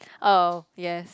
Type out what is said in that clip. oh yes